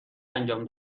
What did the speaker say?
انجام